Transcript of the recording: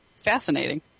fascinating